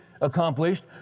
accomplished